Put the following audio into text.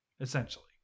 essentially